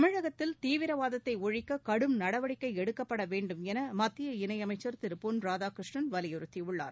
தமிழகத்தில் தீவிரவாதத்தை ஒழிக்க கடும் நடவடிக்கை எடுக்கப்பட வேண்டும் என மத்திய இணையமைச்சர் திரு பொன் ராதாகிருஷ்ணன் வலியுறுத்தியுள்ளார்